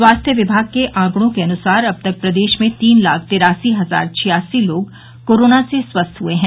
स्वास्थ्य विभाग के आंकड़ों के अनुसार अब तक प्रदेश में तीन लाख तिरासी हजार छियासी लोग कोरोना से स्वस्थ हुए हैं